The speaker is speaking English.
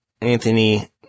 Anthony